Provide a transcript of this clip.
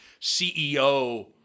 CEO